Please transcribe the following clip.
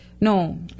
no